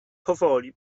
powoli